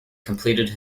completed